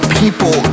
people